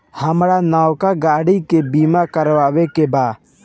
हामरा नवका गाड़ी के बीमा करावे के बा